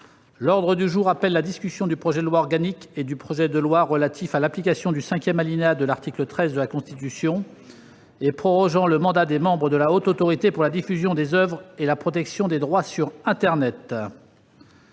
L'ordre du jour appelle la discussion du projet de loi organique et du projet de loi relatifs à l'application du cinquième alinéa de l'article 13 de la Constitution et prorogeant le mandat des membres de la Haute Autorité pour la diffusion des oeuvres et la protection des droits sur internet